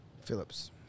Phillips